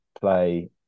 play